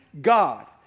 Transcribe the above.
God